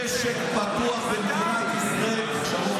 משק פתוח במדינת ישראל.